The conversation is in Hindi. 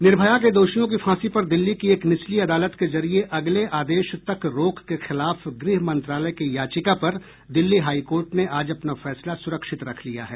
निर्भया के दोषियों की फांसी पर दिल्ली की एक निचली अदालत के जरिये अगले आदेश तक रोक के खिलाफ गृह मंत्रालय की याचिका पर दिल्ली हाई कोर्ट ने आज अपना फैसला सुरक्षित रख लिया है